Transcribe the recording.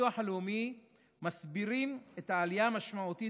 בביטוח הלאומי מסבירים את העלייה המשמעותית